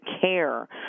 care